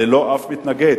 ללא שום מתנגד.